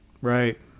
Right